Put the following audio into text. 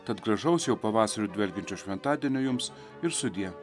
tad gražaus jau pavasariu dvelkiančio šventadienio jums ir sudie